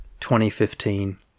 2015